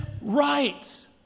right